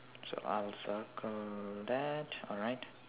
so I'll circle that alright